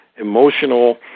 emotional